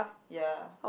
ya